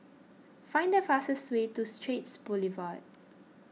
find the fastest way to Straits Boulevard